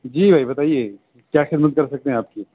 جی بھائی بتائیے کیا خدمت کر سکتے ہیں آپ کی